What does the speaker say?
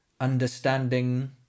understanding